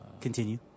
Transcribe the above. Continue